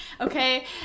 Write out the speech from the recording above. okay